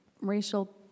racial